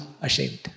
ashamed